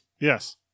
Yes